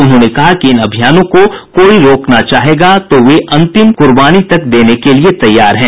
उन्होंने कहा कि इन अभियानों को कोई रोकना चाहेगा तो वे अंतिम कुर्बानी तक देने के लिए तैयार है